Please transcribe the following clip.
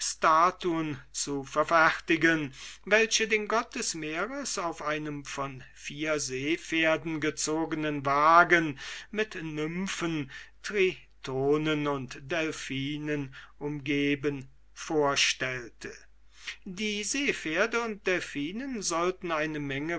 statuen zu verfertigen welche den gott des meeres auf einem von vier seepferden gezogenen wagen mit nymphen tritonen und delphinen umgeben vorstellte die seepferde und delphinen sollten eine menge